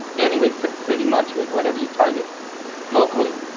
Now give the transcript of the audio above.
anyway, pretty much with whatever you target locally.